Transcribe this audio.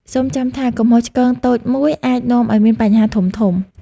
សូមចាំថា កំហុសឆ្គងតូចមួយអាចនាំឱ្យមានបញ្ហាធំៗ។